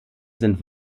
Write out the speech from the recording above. sind